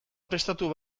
prestatu